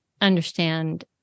understand